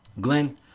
Glenn